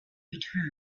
return